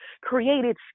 created